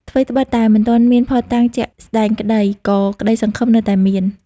ថ្វីត្បិតតែមិនទាន់មានភស្តុតាងជាក់ស្តែងក្តី ក៏ក្តីសង្ឃឹមនៅតែមាន។